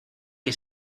que